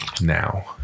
Now